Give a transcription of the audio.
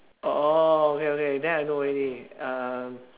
orh okay okay then I know already uh